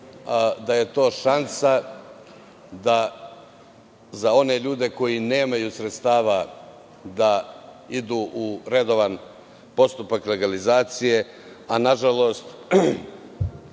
to je šansa za one ljude koji nemaju sredstava da idu u redovan postupak legalizacije, a nažalost